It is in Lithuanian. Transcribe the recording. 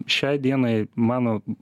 šiai dienai mano